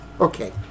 Okay